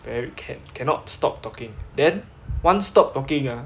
very cat~ cannot stop talking then once stop talking ah